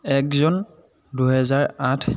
এক জুন দুহেজাৰ আঠ